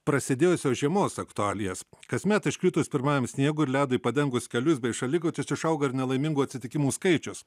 prasidėjusios žiemos aktualijas kasmet iškritus pirmajam sniegui ir ledui padengus kelius bei šaligatvius išauga ir nelaimingų atsitikimų skaičius